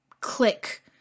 click